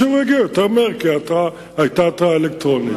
הסיור יגיע יותר מהר כי ההתרעה היתה התרעה אלקטרונית.